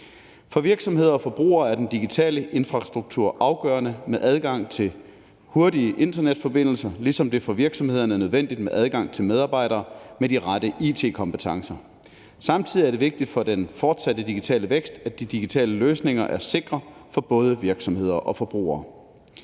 For virksomheder og forbrugere er den digitale infrastruktur med adgang til hurtige internetforbindelser afgørende, ligesom det for virksomheder er nødvendigt med adgang til medarbejdere med de rette it-kompetencer. Samtidig er det vigtigt for den fortsatte digitale vækst, at de digitale løsninger er sikre for både virksomheder og forbrugere.